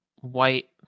white